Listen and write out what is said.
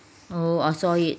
oh I saw it